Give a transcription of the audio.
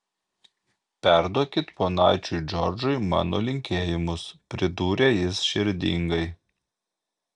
perduokit ponaičiui džordžui mano linkėjimus pridūrė jis širdingai